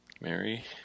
Mary